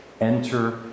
Enter